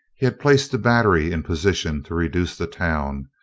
he had placed a battery in position to reduce the town,